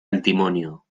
antimonio